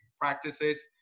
practices